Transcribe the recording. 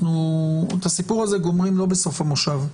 את הסיפור הזה גומרים לא בסוף המושב.